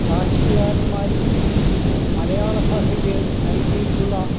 സാഹിത്യകാരന്മാരും മലയാള ഭാഷയ്ക്ക് നൽകിയിട്ടുള്ള